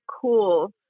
cool